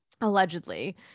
allegedly